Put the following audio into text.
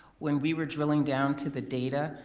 when we were drilling down to the data,